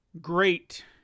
great